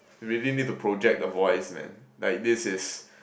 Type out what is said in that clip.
really need to project the voice man like this is